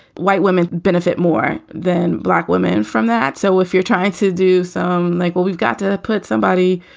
white women benefit more than black women from that. so if you're trying to do something so um like, well, we've got to put somebody,